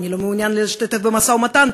אני לא מעוניין להשתתף במשא-ומתן.